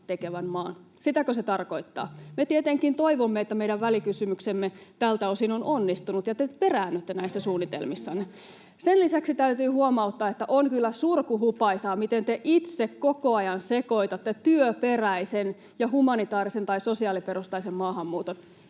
tekevän maan? Sitäkö se tarkoittaa? Me tietenkin toivomme, että meidän välikysymyksemme tältä osin on onnistunut ja te peräännytte näissä suunnitelmissanne. Sen lisäksi täytyy huomauttaa, että on kyllä surkuhupaisaa, miten te itse koko ajan sekoitatte työperäisen ja humanitaarisen tai sosiaaliperustaisen maahanmuuton.